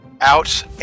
out